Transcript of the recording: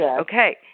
okay